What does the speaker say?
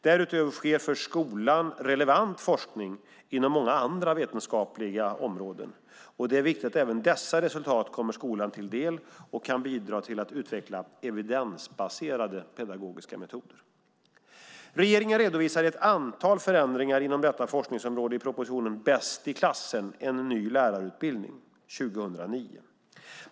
Därutöver sker för skolan relevant forskning inom många andra vetenskapliga områden. Det är viktigt att även dessa resultat kommer skolan till del och kan bidra till att utveckla evidensbaserade pedagogiska metoder. Regeringen redovisade ett antal förändringar inom detta forskningsområde i propositionen Bäst i klassen - en ny lärarutbildning .